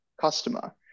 customer